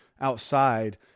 outside